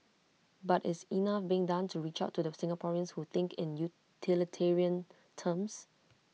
but is enough being done to reach out to the Singaporeans who think in utilitarian terms